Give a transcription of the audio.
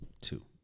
Two